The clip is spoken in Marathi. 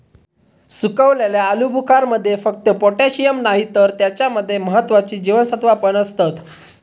सुखवलेल्या आलुबुखारमध्ये फक्त पोटॅशिअम नाही तर त्याच्या मध्ये महत्त्वाची जीवनसत्त्वा पण असतत